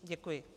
Děkuji.